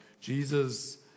Jesus